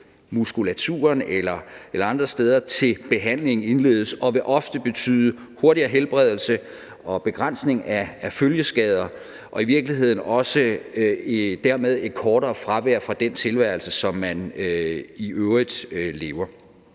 muskulaturen eller andre steder, til behandlingen indledes, og det vil ofte betyde hurtigere helbredelse og begrænsning af følgeskader og i virkeligheden også dermed et kortere fravær fra den tilværelse, som man i øvrigt lever.